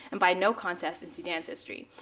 and by no contest, in sudan's history.